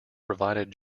provided